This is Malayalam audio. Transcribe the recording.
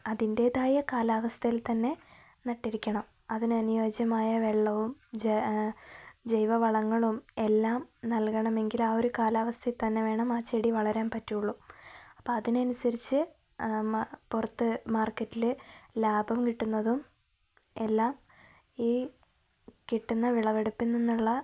അതിന്റേതായ കാലാവസ്ഥയിൽ തന്നെ നട്ടിരിക്കണം അതിന് അനുയോജ്യമായ വെള്ളവും ജൈവവളങ്ങളും എല്ലാം നൽകണമെങ്കിൽ ആ ഒരു കാലാവസ്ഥയിൽ തന്നെ വേണം ആ ചെടി വളരാൻ പറ്റുകയുള്ളൂ അപ്പോള് അതിനനുസരിച്ച് പുറത്ത് മാർക്കറ്റില് ലാഭം കിട്ടുന്നതുമെല്ലാം ഈ കിട്ടുന്ന വിളവെടുപ്പിൽ നിന്നുള്ള